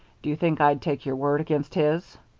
do you think i'd take your word against his?